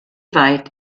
weit